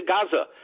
Gaza